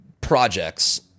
projects